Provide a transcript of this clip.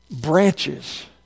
branches